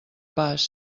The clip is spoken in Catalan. pas